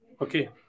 Okay